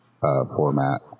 format